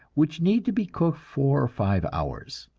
which need to be cooked four or five hours.